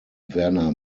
werner